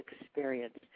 experience